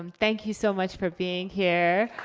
um thank you so much for being here.